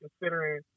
considering